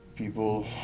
People